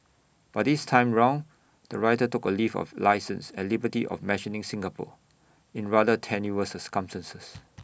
but this time round the writer took A leave of licence and liberty of mentioning Singapore in rather tenuous circumstances